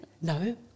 No